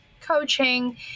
coaching